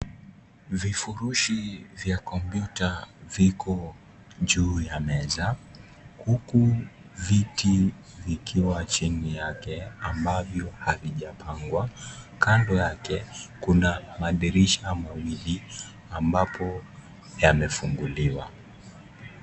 Vifurushi vya kompyuta viko juu ya meza huku viti vikiwa chini yake ambavyo havijapangwa kando yake kuna madirisha mawili ambapo yamefunguliwa.